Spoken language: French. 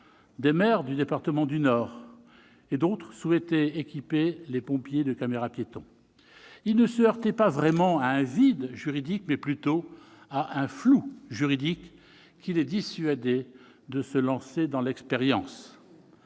des maires de mon département du Nord, et d'autres, souhaitaient équiper les pompiers de caméras-piétons. Ils ne se heurtaient pas vraiment à un vide juridique, mais plutôt à un flou juridique, qui les dissuadait de se lancer dans l'expérience.